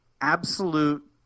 absolute